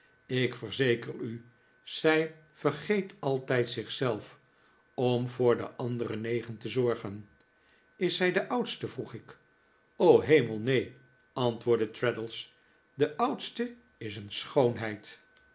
ik verzeker u zij vergeet altijd zich zelf om voor de andere negen te zorgen is zij de oudste vroeg ik hemel neen antwoordde traddles de oudste is een schoonheid